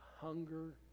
hunger